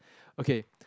okay